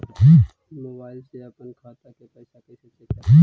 Mobile से अपन खाता के पैसा कैसे चेक करबई?